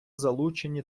залучені